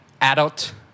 adult